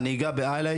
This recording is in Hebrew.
אני אגע בהיילייטס,